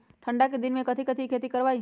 ठंडा के दिन में कथी कथी की खेती करवाई?